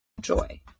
joy